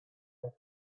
night